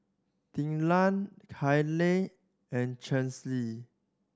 Thekla Hailie and Chelsi